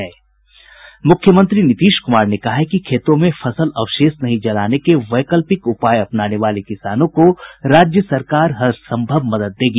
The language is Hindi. मुख्यमंत्री नीतीश कुमार ने कहा है कि खेतों में फसल अवशेष नहीं जलाने के वैकल्पिक उपाय अपनाने वाले किसानों को राज्य सरकार हरसंभव मदद देगी